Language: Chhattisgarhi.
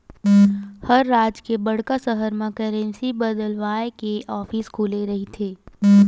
हर राज के बड़का सहर म करेंसी बदलवाय के ऑफिस खुले रहिथे